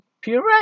Puree